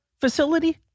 facility